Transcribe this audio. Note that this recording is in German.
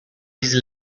diese